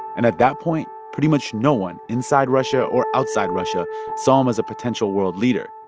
and at that point, pretty much no one inside russia or outside russia saw him as a potential world leader.